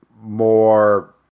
more